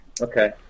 Okay